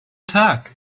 tag